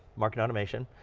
marketing automation.